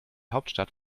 hauptstadt